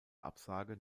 absage